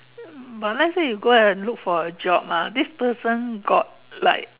but let's say you go and look for a job ah this person got like